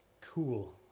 cool